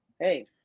hey